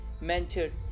mentioned